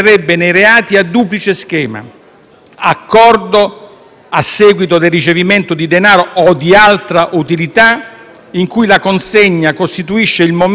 accordo a seguito del ricevimento di denaro o di altra utilità, in cui la consegna costituisce il momento consumativo del reato.